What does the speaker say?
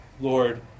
Lord